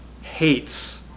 hates